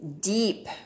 Deep